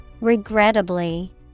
Regrettably